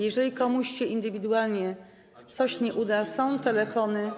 Jeżeli komuś się indywidualnie coś nie uda, są telefony.